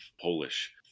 Polish